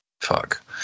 Fuck